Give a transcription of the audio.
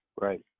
Right